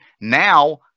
Now